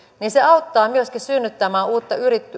myöskin auttaa synnyttämään uutta